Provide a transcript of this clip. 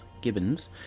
Gibbon's